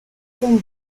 con